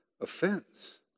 offense